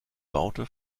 baute